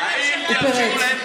האם תאפשרו להם פעילות קיץ?